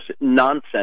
nonsense